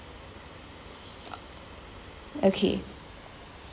okay